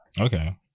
Okay